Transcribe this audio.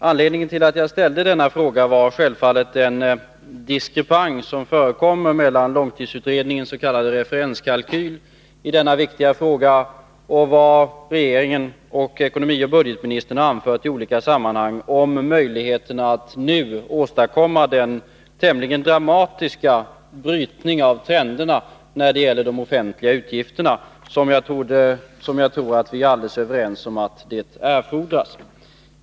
Anledningen till att jag ställde frågan var självfallet den diskrepans som förekommer mellan långtidsutredningens s.k. referenskalkyli denna viktiga fråga och vad regeringen och ekonomioch budgetministern har anfört i olika sammanhang om möjligheterna att nu åstadkomma den tämligen dramatiska brytning av trenderna när det gäller de offentliga utgifterna som jag tror att vi är helt överens om erfordras.